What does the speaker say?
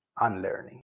unlearning